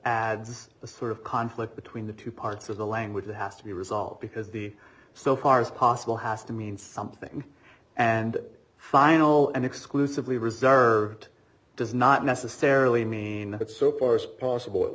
a sort of conflict between the two parts of the language that has to be resolved because the so far as possible has to mean something and final and exclusively reserved does not necessarily mean that so far as possible